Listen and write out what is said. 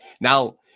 now